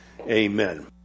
Amen